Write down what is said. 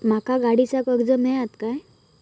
माका गाडीचा कर्ज मिळात काय?